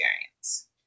experience